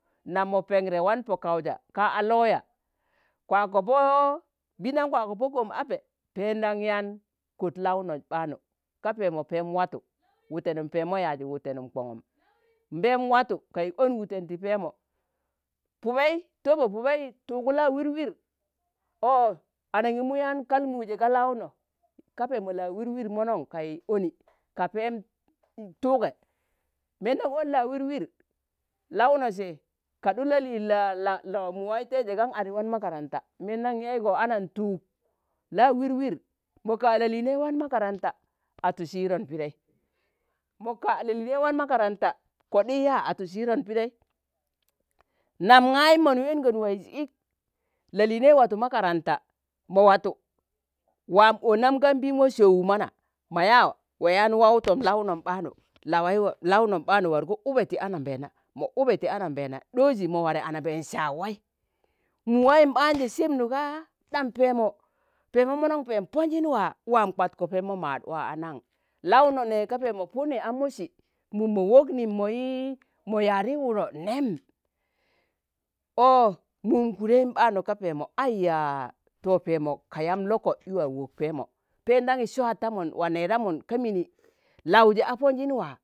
nam ma pengri wan po kauza ka a lawya. kwako poo mbindam kwako po kom ape pendan yaan kot launon ɓaanu, ka peemo peem watu wutenum peemo yazi wutenum kongum, mpem watu ka yi on wuten ti peemo, pubei, tobo, pubei tugu lạ wir wir ọo anangimu yạan kal muje ga launo ka peemo la wirwir monon kai oni ka peem tuuge mbendan on la wirwir launo se kaɗun la lị la- la- la muwai teije gan adi wan makaranta, mbeendan yaigo ana tuug la wir wir mo ka̱a lalịinei wan makaranta atu sidon pidei, mo ka lalịinii wan makaranta kodi yạa atu sidon pidei. Nam gayum mon weengon waiz ik lalịinei watu makaranta mo wata waam onam ga pim waa se̱u̱ mana ma yaa waa yaan wau tom launom ɓaanu lawai waa launom ɓaanu wargo ube ti anambeena mo ube ti anambeena ɗozi mo ware anambeen sạag wai. muwaiyum ɓaanje sebnu ga ɗam peemo peemo, monon peem ponjin waa waam kwatko peemo maad waa anang? launo ne ka peemo puni a mu̱si mu mo wokni mo yi mo yadi wudo nem, oo mum kudem ɓaanu ka peemo aiyaa!!! to peemo ka yam loko yi waa wok peemo pendanyi swaadtamum, wa nedamun ka mini lauje a ponjin waa,